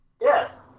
Yes